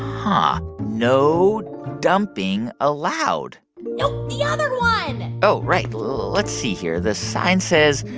um ah no dumping allowed no, the other one oh, right. let's see here. the sign says,